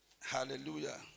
Hallelujah